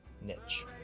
niche